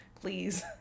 Please